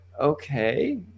okay